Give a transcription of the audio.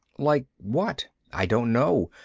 like what? i don't know.